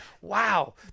wow